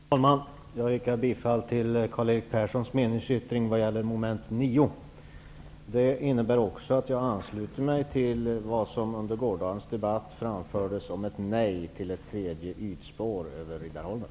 Herr talman! Jag yrkar bifall till Karl-Erik Perssons meningsyttring vad gäller mom. 9. Det innebär också att jag ansluter mig till vad som under gårdagens debatt framfördes om ett nej till ett tredje ytspår över Riddarholmen.